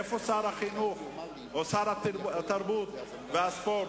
איפה שר החינוך או שרת התרבות והספורט?